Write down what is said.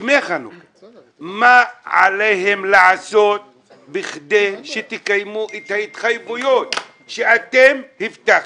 מה עליהם לעשות כדי שתקיימו את ההתחייבויות שאתם הבטחתם?